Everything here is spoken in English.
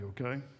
Okay